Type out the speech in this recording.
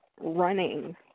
running